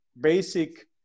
basic